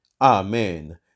Amen